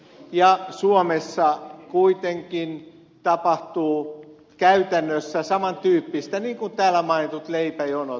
ja suomessa kuitenkin tapahtuu käytännössä saman tyyppistä niin kuin täällä mainitut leipäjonot